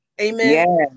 Amen